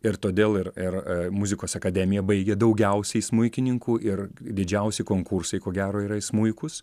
ir todėl ir ir muzikos akademiją baigė daugiausiai smuikininkų ir didžiausi konkursai ko gero yra į smuikus